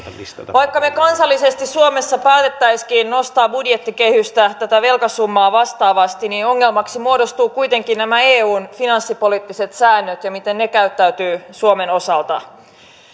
vaikka me kansallisesti suomessa päättäisimmekin nostaa budjettikehystä tätä velkasummaa vastaavasti niin ongelmaksi muodostuvat kuitenkin nämä eun finanssipoliittiset säännöt ja se miten ne käyttäytyvät suomen osalta